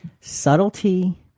Subtlety